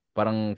Parang